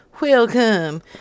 Welcome